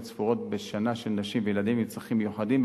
ספורות בשנה של נשים וילדים עם צרכים מיוחדים,